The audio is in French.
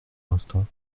l’instant